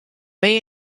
may